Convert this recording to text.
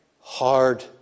hard